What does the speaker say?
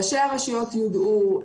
ראשי הרשויות יודעו,